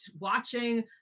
watching